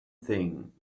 thing